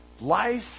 Life